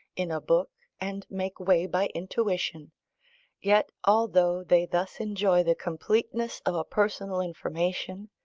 in a book, and make way by intuition yet, although they thus enjoy the completeness of a personal information,